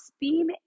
beam